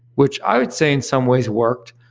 which i would say in some ways worked,